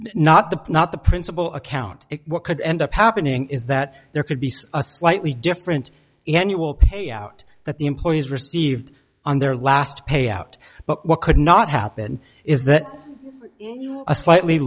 not the not the principle account it could end up happening is that there could be a slightly different annual payout that the employees received on their last payout but what could not happen is that a slightly